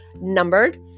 numbered